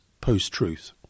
post-truth